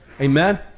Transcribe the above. Amen